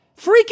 Freaking